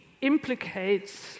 implicates